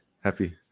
happy